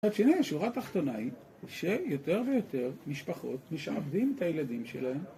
הנה שורה תחתונה היא שיותר ויותר משפחות משעבדים את הילדים שלהן.